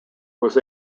was